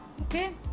okay